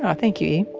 um thank you, e.